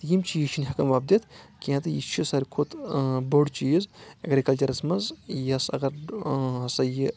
یِم چیٖز چھِنہٕ ہؠکَان وۄپدِتھ کینٛہہ تہٕ یہِ چھِ ساروی کھۄتہٕ بوٚڑ چیٖز اؠگرِکَلچَرَس منٛز یَس اگر ہَسا یہِ